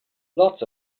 lots